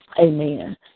Amen